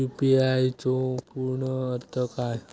UPI चो पूर्ण अर्थ काय?